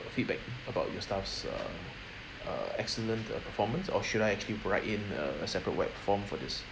feedback about your staff's uh uh excellent uh performance or should I actually write in a a separate web form for this